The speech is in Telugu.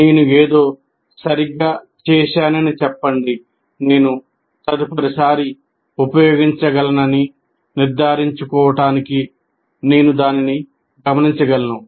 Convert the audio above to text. నేను ఏదో సరిగ్గా చేశానని చెప్పండి నేను తదుపరిసారి ఉపయోగించగలనని నిర్ధారించుకోవడానికి నేను దానిని గమనించగలను